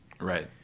right